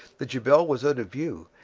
the jebel was out of view,